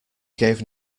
gave